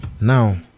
now